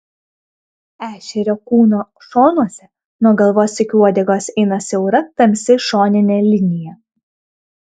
ešerio kūno šonuose nuo galvos iki uodegos eina siaura tamsi šoninė linija